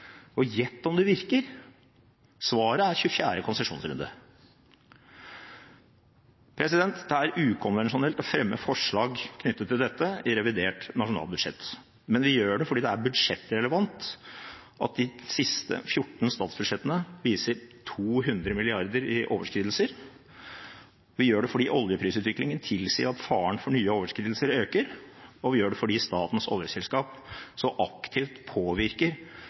Og gjett om det virker – svaret er 24. konsesjonsrunde. Det er ukonvensjonelt å fremme forslag knyttet til dette i revidert nasjonalbudsjett, men vi gjør det fordi det er budsjettrelevant at de siste 14 statsbudsjettene viser 200 mrd. kr i overskridelser. Vi gjør det fordi oljeprisutviklingen tilsier at faren for nye overskridelser øker, og vi gjør det fordi statens oljeselskap så aktivt påvirker